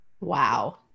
Wow